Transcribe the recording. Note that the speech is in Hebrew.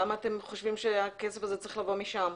למה אתם חושבים שהכסף הזה צריך לבוא משם.